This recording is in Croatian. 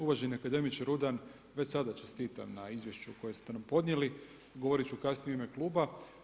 Uvaženi akademiče Rudan, već sada čestitam na izvješću koje ste nam podnijeli, govorit ću kasnije u ime kluba.